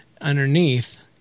underneath